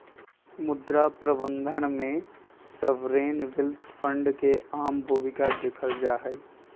मुद्रा प्रबन्धन में सॉवरेन वेल्थ फंड के अहम भूमिका देखल जाहई